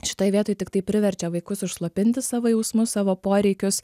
šitoj vietoj tiktai priverčia vaikus užslopinti savo jausmus savo poreikius